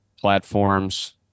platforms